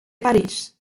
parís